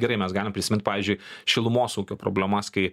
gerai mes galime prisimint pavyzdžiui šilumos ūkio problemas kai